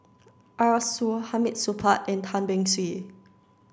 Arasu Hamid Supaat and Tan Beng Swee